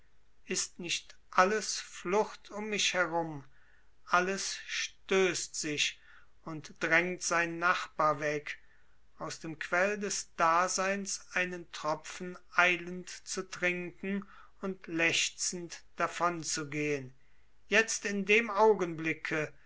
ist nicht alles flucht um mich herum alles stößt sich und drängt seinen nachbar weg aus dem quell des daseins einen tropfen eilend zu trinken und lechzend davonzugehen jetzt in dem augenblicke